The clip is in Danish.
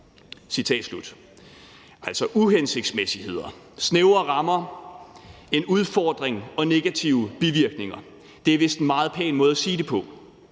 minimeres.« Altså, »uhensigtsmæssigheder«, »snævre rammer«, »en udfordring« og »negative bivirkninger« er vist en meget pæn måde at sige det på.